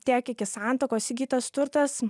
tiek iki santuokos įgytas turtas